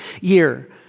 year